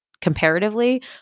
Comparatively